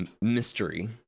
mystery